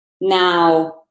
Now